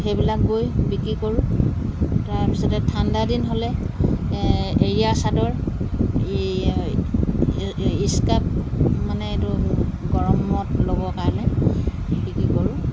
সেইবিলাক বৈ বিক্ৰী কৰোঁ তাৰপিছতে ঠাণ্ডাদিন হ'লে এৰীয়া চাদৰ ইচকাপ মানে এইটো গৰমত ল'বৰ কাৰণে বিক্ৰী কৰোঁ